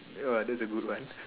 !wah! that's a good one